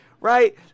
Right